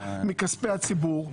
בכספי הציבור,